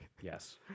Yes